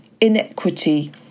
inequity